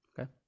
Okay